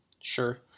sure